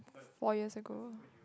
four years ago